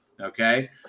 Okay